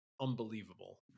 unbelievable